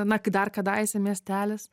na kai dar kadaise miestelis